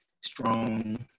strong